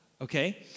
okay